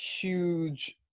huge